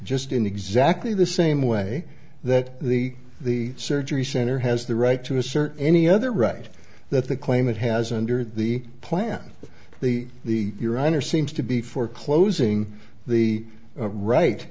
just in exactly the same way that the the surgery center has the right to assert any other right that the claimant has under the plan the the your honor seems to be for closing the right